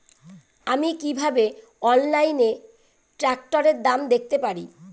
আমি কিভাবে অনলাইনে ট্রাক্টরের দাম দেখতে পারি?